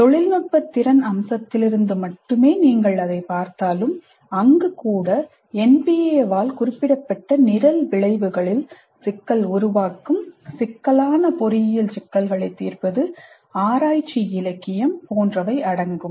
தொழில்நுட்ப திறன் அம்சத்திலிருந்து மட்டுமே நீங்கள் அதைப் பார்த்தாலும் அங்கு கூட NBA ஆல் குறிப்பிடப்பட்ட நிரல் விளைவுகளில் சிக்கல் உருவாக்கம் சிக்கலான பொறியியல் சிக்கல்களைத் தீர்ப்பது ஆராய்ச்சி இலக்கியம் போன்றவை அடங்கும்